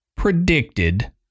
predicted